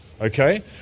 Okay